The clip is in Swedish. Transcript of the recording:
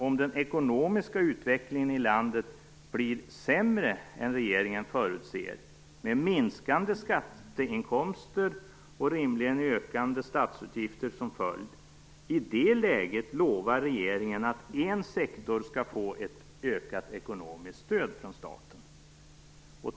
Om den ekonomiska utvecklingen i landet blir sämre än regeringen förutser, med minskande skatteinkomster och rimligen ökande statsutgifter som följd, lovar regeringen att en sektor skall få ökat ekonomiskt stöd från staten.